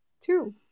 two